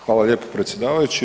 Hvala lijepo predsjedavajući.